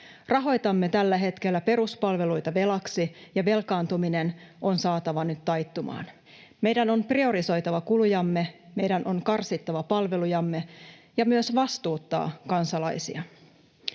Rahoitamme tällä hetkellä peruspalveluita velaksi, ja velkaantuminen on saatava nyt taittumaan. Meidän on priorisoitava kulujamme, meidän on karsittava palvelujamme ja myös vastuutettava kansalaisia.